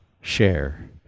share